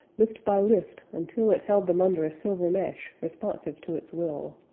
lift by lift, until it held them under a silver mesh, responsive to its will.